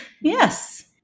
Yes